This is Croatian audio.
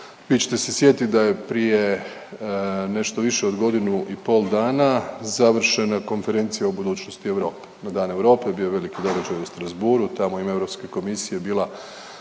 Vi ćete se sjetiti da je prije nešto više od godinu i pol dana završena Konferencija o budućnosti Europe. Na Dan Europe bio je veliki događaj u Strasbourgu, tamo je u ime Europske komisije bila